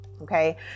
Okay